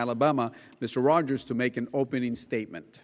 alabama mr rogers to make an opening statement